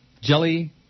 jelly